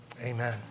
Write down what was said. amen